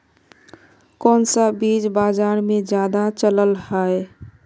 कोन सा बीज बाजार में ज्यादा चलल है?